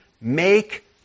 make